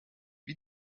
wie